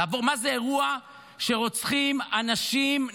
מה זה אירוע שרוצחים אנשים,